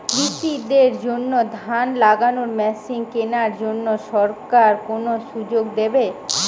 কৃষি দের জন্য ধান লাগানোর মেশিন কেনার জন্য সরকার কোন সুযোগ দেবে?